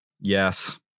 Yes